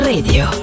Radio